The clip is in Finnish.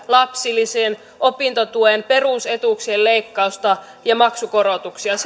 lapsilisien opintotuen perusetuuksien leikkausta ja maksukorotuksia se on